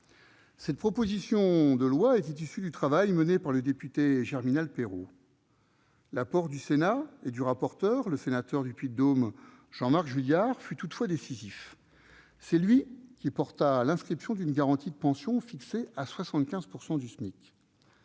Cette proposition de loi était issue du travail mené par le député Germinal Peiro. L'apport du Sénat, notamment à travers son rapporteur, le sénateur du Puy-de-Dôme Jean-Marc Juilhard, fut toutefois décisif. C'est lui qui porta l'inscription d'une garantie de pension fixée à 75 % du SMIC.